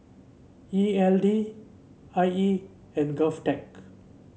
E L D I E and Govtech